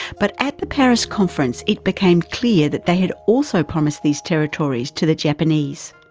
but at the paris conference it became clear that they had also promised these territories to the japanese.